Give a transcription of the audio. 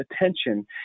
attention